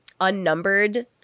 unnumbered